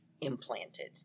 implanted